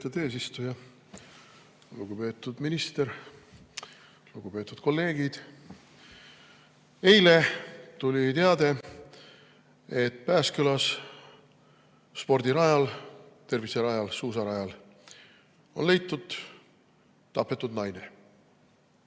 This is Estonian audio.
Lugupeetud eesistuja! Lugupeetud minister! Lugupeetud kolleegid! Eile tuli teade, et Pääskülas spordirajal, terviserajal, suusarajal on leitud tapetud naine.